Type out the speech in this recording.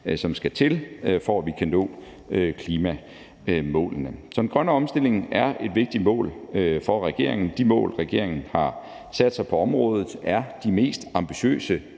som skal til, for at vi kan nå klimamålene. Den grønne omstilling er et vigtigt mål for regeringen. De mål, regeringen har sat sig på området, er de mest ambitiøse,